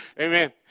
Amen